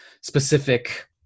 specific